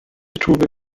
tube